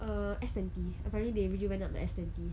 err S twenty apparently they already went up to S twenty